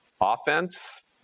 Offense